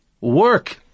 work